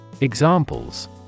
Examples